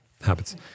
habits